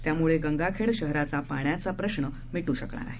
त्यामुळे गंगाखेड शहराचा पाण्याचा प्रश्न मिट्र शकणार आहे